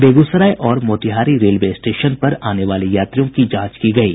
बेगूसराय और मोतिहारी स्टेशन पर आने वाले यात्रियों की जांच की गयी